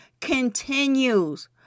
continues